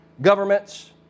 governments